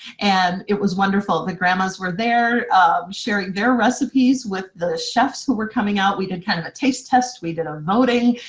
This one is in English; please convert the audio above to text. and it was wonderful, the grandmas were there sharing their recipes with the chefs who were coming out. we did kind of a taste test, we did a voting,